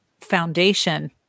foundation